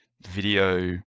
video